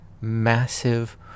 massive